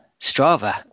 Strava